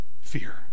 fear